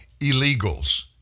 illegals